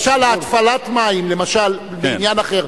למשל עניין אחר,